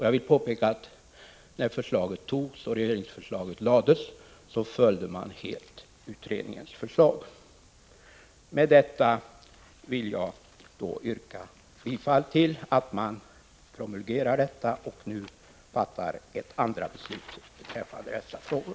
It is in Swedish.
Jag vill påpeka att när regeringsförslaget lades fram följde man helt utredningens förslag. Med det anförda vill jag yrka bifall till att man promulgerar detta och nu fattar ett andra beslut beträffande dessa frågor.